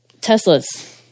teslas